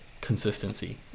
consistency